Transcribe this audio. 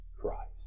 Christ